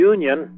Union